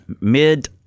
mid